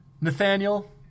Nathaniel